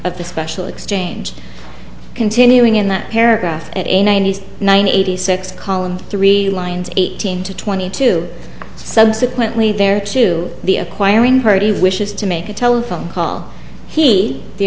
of the special exchange continuing in that paragraph at a ninety nine eighty six column three lines eighteen to twenty two subsequently their to the acquiring party wishes to make a telephone call he the